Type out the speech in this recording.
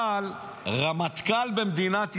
אבל רמטכ"ל במדינת ישראל,